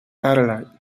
adelaide